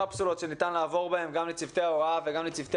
הקפסולות שניתן לעבור בהן גם לצוותי ההוראה וגם לצוותי